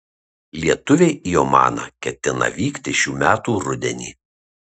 lietuviai į omaną ketina vykti šių metų rudenį